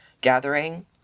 gathering